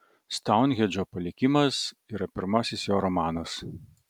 stounhendžo palikimas yra pirmasis jo romanas